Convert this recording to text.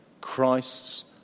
Christ's